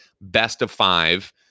best-of-five